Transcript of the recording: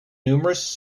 numerous